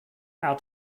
how